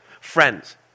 Friends